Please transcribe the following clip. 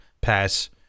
pass